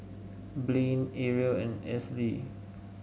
Blaine Arielle and Esley